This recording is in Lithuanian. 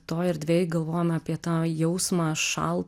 toj erdvėj galvojom apie tą jausmą šal